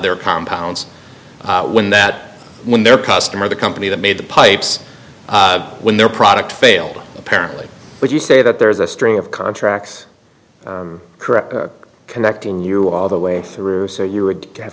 their compounds when that when their customer the company that made the pipes when their product failed apparently but you say that there's a strain of contract correct connecting you all the way through so you would